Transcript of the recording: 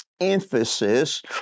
emphasis